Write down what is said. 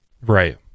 right